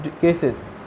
cases